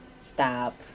Stop